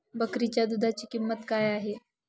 बकरीच्या दूधाची किंमत काय आहे?